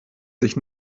sich